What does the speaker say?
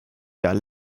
vers